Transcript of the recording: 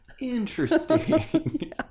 interesting